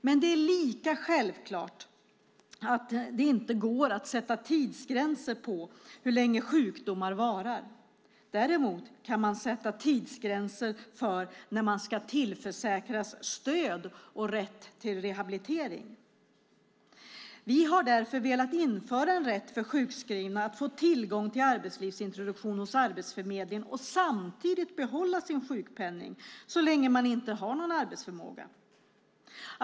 Men det är lika självklart att det inte går att sätta tidsgränser för hur länge sjukdomar varar. Däremot kan man sätta tidsgränser för när människor ska tillförsäkras stöd och rätt till rehabilitering. Vi har därför velat införa rätt för sjukskrivna att få tillgång till arbetslivsintroduktion hos Arbetsförmedlingen och samtidigt behålla sin sjukpenning så länge man inte har någon arbetsförmåga.